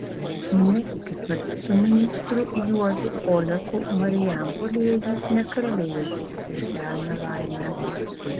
netikiu kad su ministru juozu oleku marijampolėje jūs nekalbėjote apie šią nelaimę